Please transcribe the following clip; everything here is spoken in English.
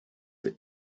the